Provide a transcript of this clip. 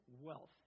wealth